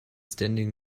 standing